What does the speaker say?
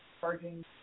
charging